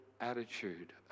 attitude